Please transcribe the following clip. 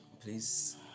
please